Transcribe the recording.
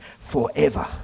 forever